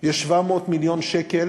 יש 700 מיליון שקל